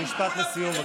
לסיום.